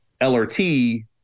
LRT